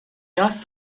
yaz